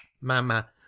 Mama